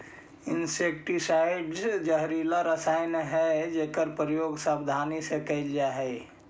insecticides जहरीला रसायन हई जेकर प्रयोग सावधानी से कैल जा हई